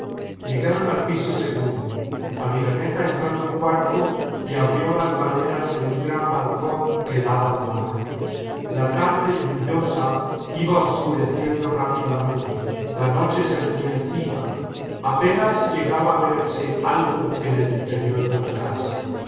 llegaron al piso segundo aviraneta entró en un cuarto y abrió las maderas de un gran balcón que daba al mar la tarde lluviosa iba obscureciendo rápidamente la noche se venía encima apenas llegaba a verge algo en el interior de la casa